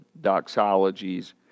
doxologies